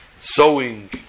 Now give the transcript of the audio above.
sowing